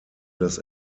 das